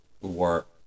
work